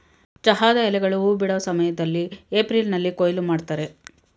ಚಹಾದ ಎಲೆಗಳು ಹೂ ಬಿಡೋ ಸಮಯ್ದಲ್ಲಿ ಏಪ್ರಿಲ್ನಲ್ಲಿ ಕೊಯ್ಲು ಮಾಡ್ತರೆ